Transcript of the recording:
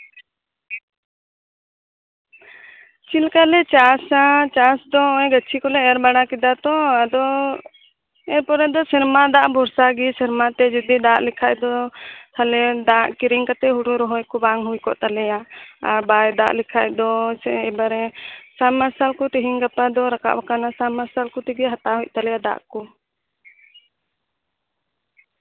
ᱪᱮᱫᱞᱮᱠᱟ ᱞᱮ ᱪᱟᱥᱟ ᱪᱟᱥ ᱫᱚ ᱱᱚᱜᱼᱚᱭ ᱜᱟᱹᱪᱷᱤ ᱠᱚᱞᱮ ᱮᱨ ᱵᱟᱲᱟ ᱠᱮᱫᱟ ᱛᱚ ᱟᱫᱚ ᱮᱨᱯᱚᱨ ᱥᱮᱨᱢᱟ ᱫᱟᱜ ᱵᱷᱚᱨᱥᱟ ᱜᱮ ᱥᱮᱨᱢᱟ ᱠᱷᱚᱱ ᱡᱩᱫᱤ ᱫᱟᱜ ᱠᱮᱫ ᱠᱷᱟᱱ ᱫᱚ ᱫᱟᱜ ᱠᱤᱨᱤᱧ ᱠᱟᱛᱮ ᱦᱩᱲᱩ ᱨᱚᱦᱚᱭ ᱠᱚ ᱵᱟᱝ ᱦᱩᱭ ᱠᱚᱜ ᱛᱟᱞᱮᱭᱟ ᱟᱨ ᱵᱟᱭ ᱫᱟᱜ ᱞᱮᱠᱷᱟᱱ ᱫᱚ ᱮᱵᱟᱨᱮ ᱥᱟᱵᱢᱟᱨᱥᱟᱞ ᱠᱚ ᱛᱮᱦᱮᱧ ᱜᱟᱯᱟ ᱫᱚ ᱨᱟᱠᱟᱵ ᱟᱠᱟᱱᱟ ᱮᱵᱟᱨᱮ ᱩᱱᱠᱩ ᱴᱷᱮᱡ ᱜᱮ ᱦᱟᱛᱟᱣ ᱦᱩᱭᱩᱜ ᱛᱟᱞᱮᱭᱟ ᱫᱟᱜ ᱠᱚ